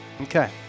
Okay